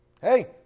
hey